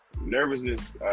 nervousness